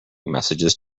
messages